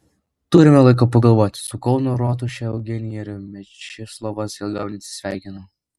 turime laiko pagalvoti su kauno rotuše eugenija ir mečislovas ilgam neatsisveikino